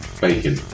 Bacon